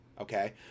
Okay